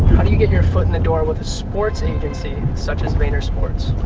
do you get your foot in the door with a sports agency such as vayner sports?